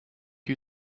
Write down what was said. you